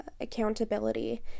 accountability